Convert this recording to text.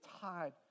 tied